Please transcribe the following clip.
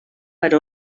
per